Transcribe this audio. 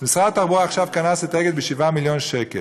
משרד התחבורה עכשיו קנס את אגד ב-7 מיליון שקל.